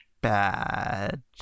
bad